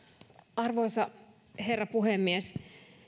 arvoisa herra puhemies